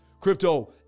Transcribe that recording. Crypto